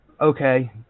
Okay